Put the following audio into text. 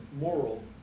moral